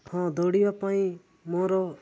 ହଁ ଦୌଡ଼ିବା ପାଇଁ ମୋର